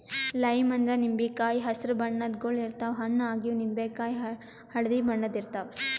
lime ಅಂದ್ರ ನಿಂಬಿಕಾಯಿ ಹಸ್ರ್ ಬಣ್ಣದ್ ಗೊಳ್ ಇರ್ತವ್ ಹಣ್ಣ್ ಆಗಿವ್ ನಿಂಬಿಕಾಯಿ ಹಳ್ದಿ ಬಣ್ಣದ್ ಇರ್ತವ್